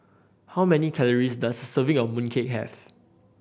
how many calories does a serving of mooncake have